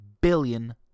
billion